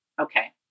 Okay